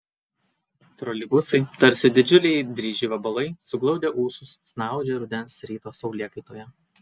troleibusai tarsi didžiuliai dryži vabalai suglaudę ūsus snaudžia rudens ryto saulėkaitoje